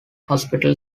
hospital